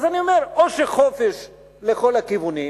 אז אני אומר: או שחופש לכל הכיוונים,